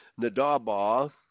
Nadabah